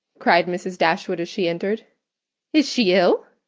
cried mrs. dashwood as she entered is she ill?